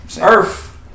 Earth